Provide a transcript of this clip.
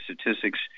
statistics